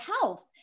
health